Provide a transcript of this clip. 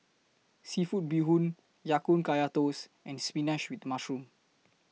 Seafood Bee Hoon Ya Kun Kaya Toast and Spinach with Mushroom